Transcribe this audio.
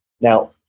Now